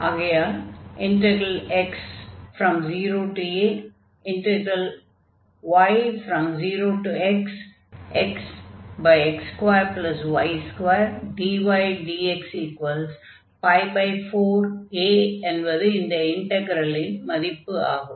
ஆகையால் x0a0yxxx2y2dydx 4a என்பது இந்த இன்டக்ரலின் மதிப்பு ஆகும்